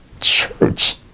church